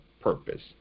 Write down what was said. purpose